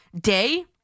day